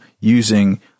using